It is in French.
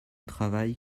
travail